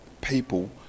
people